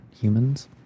humans